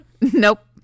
Nope